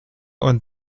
und